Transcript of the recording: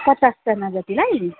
पचासजना जतिलाई